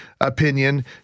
opinion